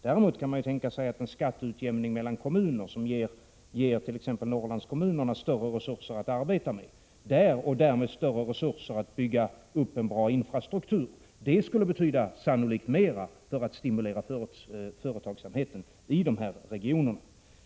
Däremot kan man tänka sig att en skatteutjämning mellan kommuner, som ger t.ex. Norrlandskommunerna större resurser att arbeta med och därmed större resurser att bygga upp en bra infrastruktur, sannolikt skulle betyda mer för att stimulera företagsamheten i dessa regioner.